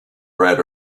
bread